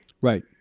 Right